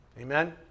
Amen